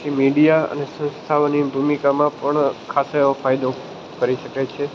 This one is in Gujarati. પછી મીડિયા અને સંસ્થાઓની ભૂમિકામાં પણ ખાસો એવો ફાયદો કરી શકે છે